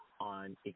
on